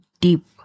deep